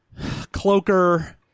cloaker